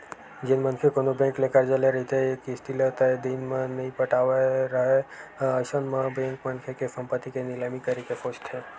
जेन मनखे कोनो बेंक ले करजा ले रहिथे किस्ती ल तय दिन म नइ पटावत राहय अइसन म बेंक मनखे के संपत्ति के निलामी करे के सोचथे